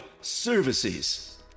services